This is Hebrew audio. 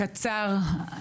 קצר.